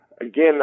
Again